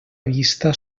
vista